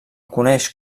coneix